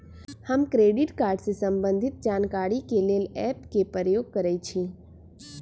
हम credit card से संबंधित जानकारी के लेल एप के प्रयोग करइछि